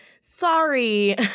sorry